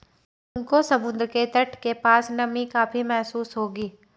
तुमको समुद्र के तट के पास नमी काफी महसूस होगी